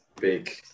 Big